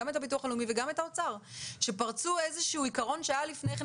גם את הביטוח הלאומי וגם את האוצר שפרצו איזשהו עיקרון שהיה לפני כן,